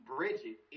Bridget